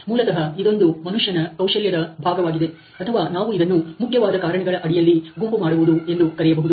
ಮೂಲತಃ ಇದೊಂದು ಮನುಷ್ಯನ ಕೌಶಲ್ಯದ ಭಾಗವಾಗಿದೆ ಅಥವಾ ನಾವು ಇದನ್ನು ಮುಖ್ಯವಾದ ಕಾರಣಗಳ ಅಡಿಯಲ್ಲಿ ಗುಂಪು ಮಾಡುವುದು ಎಂದು ಕರೆಯಬಹುದು